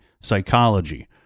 psychology